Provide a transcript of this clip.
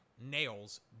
nails